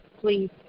Please